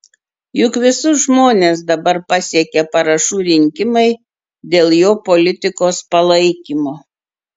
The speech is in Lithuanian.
juk visus žmones dabar pasiekia parašų rinkimai dėl jo politikos palaikymo